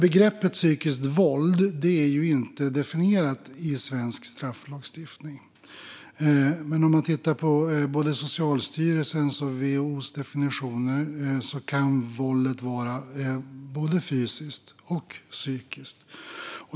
Begreppet psykiskt våld är inte definierat i svensk strafflagstiftning. Enligt både Socialstyrelsens och WHO:s definitioner kan dock våld vara både fysiskt och psykiskt.